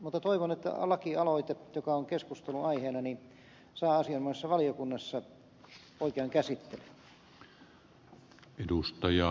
mutta toivon että lakialoite joka on keskustelun aiheena saa asianomaisessa valiokunnassa oikean käsittelyn